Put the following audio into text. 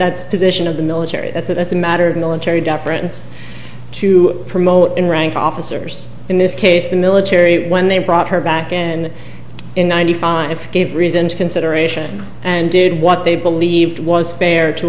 of the military that's a that's a matter of military deference to promote in rank officers in this case the military when they brought her back in in ninety five gave reason to consideration and did what they believed was fair to